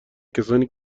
کسانی